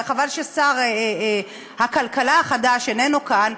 וחבל ששר הכלכלה החדש איננו כאן,